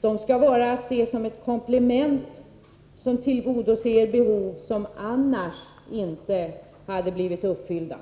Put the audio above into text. De skulle bara ses som ett komplement som tillgodoser behov som annars inte hade blivit uppfyllda.